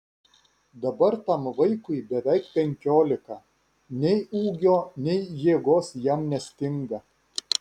dabar tam vaikui beveik penkiolika nei ūgio nei jėgos jam nestinga